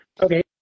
Okay